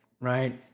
right